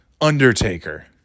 Undertaker